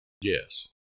Yes